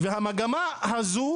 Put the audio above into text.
והמגמה הזו